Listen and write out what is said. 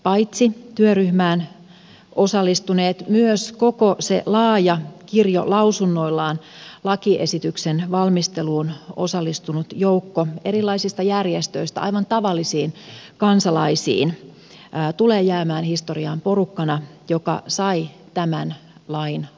paitsi työryhmään osallistuneet myös koko se laaja kirjo lausunnoillaan lakiesityksen valmisteluun osallistunut joukko erilaisista järjestöistä aivan tavallisiin kansalaisiin tulee jäämään historiaan porukkana joka sai tämän lain aikaan